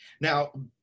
Now